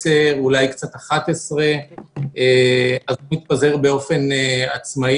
10, אולי 11 באופן עצמאי.